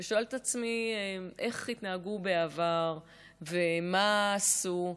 ושואלת את עצמי איך התנהגו בעבר ומה עשו,